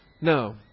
No